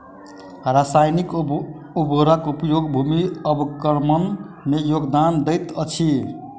रासायनिक उर्वरक उपयोग भूमि अवक्रमण में योगदान दैत अछि